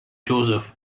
joseph